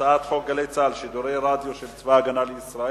הצעת חוק "גלי צה"ל" שידורי רדיו של צבא-הגנה לישראל